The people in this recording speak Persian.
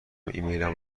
ایمیلم